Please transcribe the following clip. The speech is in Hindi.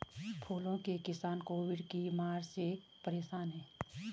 फूलों के किसान कोविड की मार से परेशान है